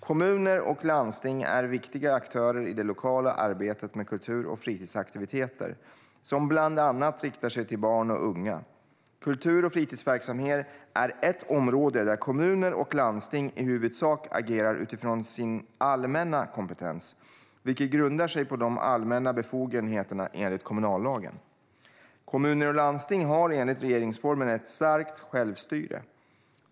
Kommuner och landsting är viktiga aktörer i det lokala arbetet med kultur och fritidsaktiviteter, som bland annat riktar sig till barn och unga. Kultur och fritidsverksamhet är ett område där kommuner och landsting i huvudsak agerar utifrån sin allmänna kompetens, vilken grundar sig på de allmänna befogenheterna enligt kommunallagen. Kommuner och landsting har enligt regeringsformen ett starkt självstyre.